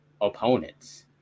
opponents